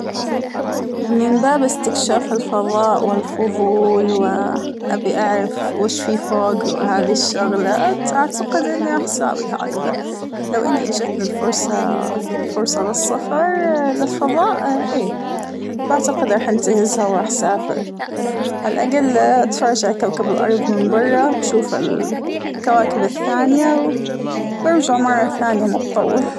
من باب أستكشاف الفضاء والفضول وأبى أعرف وش فى فوق وهذى الشغلات ، أعتقد إنى راح ساويها هكذا ، لو إنى إجاتنى الفرصة الفرصة للسفر للفضاء أى بعتقد راح أنتهذها وراح أسافر ، على الأقل بتفرج على كوكب الأرض من برة ، بشوف الكواكب الثانية وبرجع مرة ثانية ما بطول.